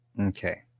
Okay